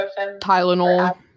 Tylenol